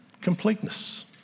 Completeness